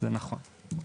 זה נכון.